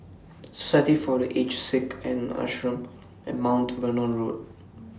Society For The Aged Sick The Ashram and Mount Vernon Road